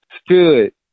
stood